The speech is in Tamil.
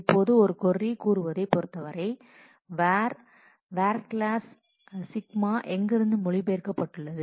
இப்போது ஒரு கொர்ரி கூறுவதைப் பொறுத்தவரை வேர் σ வேர் கிளாஸ் σ எங்கிருந்து மொழிபெயர்க்கப்பட்டுள்ளது